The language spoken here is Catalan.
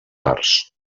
arts